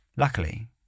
Luckily